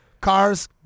cars